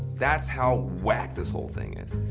that's how whack this whole thing is.